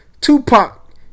Tupac